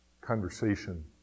conversation